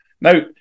Now